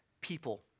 people